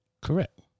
Correct